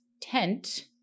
tent